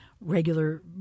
regular